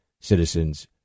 citizens